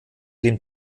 dem